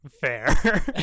Fair